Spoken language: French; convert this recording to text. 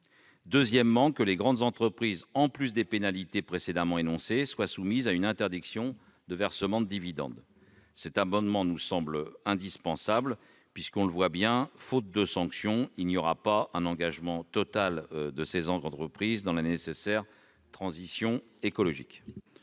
en sorte que les grandes entreprises, en plus des pénalités précédemment énoncées, soient soumises à une interdiction de versement de dividendes. Cet amendement nous paraît indispensable : faute de sanction, nous n'obtiendrons pas un engagement total de ces entreprises dans la nécessaire transition écologique.